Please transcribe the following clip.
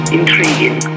intriguing